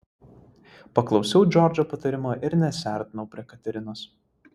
paklausiau džordžo patarimo ir nesiartinau prie katerinos